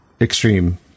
extreme